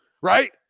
right